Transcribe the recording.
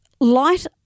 Light